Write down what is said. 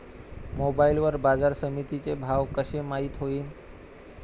Mobile वर बाजारसमिती चे भाव कशे माईत होईन?